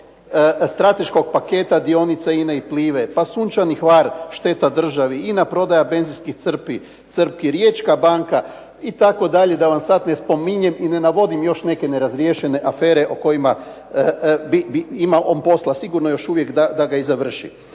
strateškog paketa dionica INA-e i Plive, pa Sunčani Hvar šteta državi, INA prodaja benzinskih crpki, Riječka banka itd., da vam sad ne spominjem i ne navodim još neke nerazriješene afere o kojima ima on posla sigurno još uvijek da ga i završi.